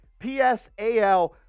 PSAL